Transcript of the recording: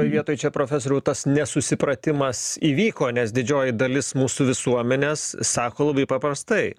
vietoj čia profesoriau tas nesusipratimas įvyko nes didžioji dalis mūsų visuomenės sako labai paprastai